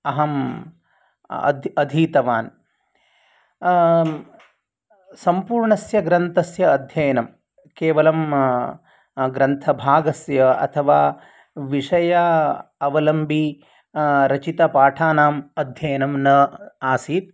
अहम् अधीतवान् सम्पूर्णस्य ग्रन्थस्य अध्ययनं केवलं ग्रन्थभागस्य अथवा विषय अवलम्बी रचितपाठानाम् अध्ययनं न आसीत्